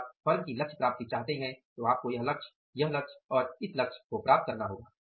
यदि आप फर्म की लक्ष्य प्राप्ति चाहते हैं तो आपको यह लक्ष्य यह लक्ष्य और इस लक्ष्य को प्राप्त करना होगा